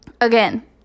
again